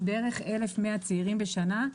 עם בערך 1,100 צעירים בשנה,